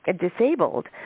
disabled